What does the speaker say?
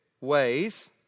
ways